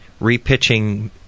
repitching